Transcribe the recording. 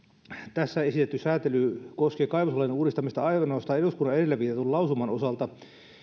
tässä esitetty säätely koskee kaivoslain uudistamista ainoastaan eduskunnan edellä viitatun lausuman osalta